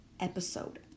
episode